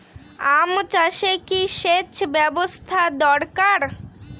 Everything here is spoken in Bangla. আম চাষে কি সেচ ব্যবস্থা দরকার?